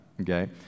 okay